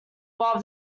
while